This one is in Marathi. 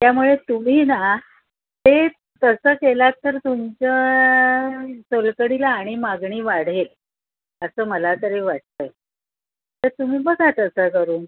त्यामुळे तुम्ही ना ते तसं केला तर तुमच्या सोलकढीला आणि मागणी वाढेल असं मला तरी वाटत आहे तर तुम्ही बघा तसा करून